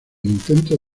intentos